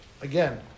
again